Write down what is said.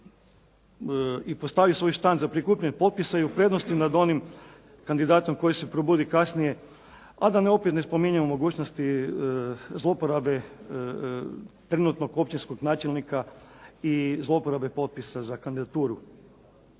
i postavi svoj štand za prikupljanje potpisa je u prednosti nad onim kandidatom koji se probudi kasnije, a da opet ne spominjem mogućnosti zloporabe trenutnog općinskog načelnika i zlouporabe potpisa za kandidaturu.